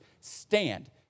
stand